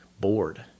bored